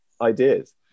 ideas